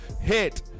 hit